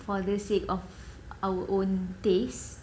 for the sake of our own tastes